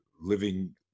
living